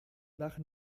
nach